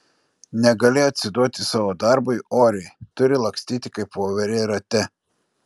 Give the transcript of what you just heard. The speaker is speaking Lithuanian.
negali atsiduoti savo darbui oriai turi lakstyti kaip voverė rate